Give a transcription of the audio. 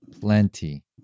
Plenty